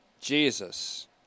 Jesus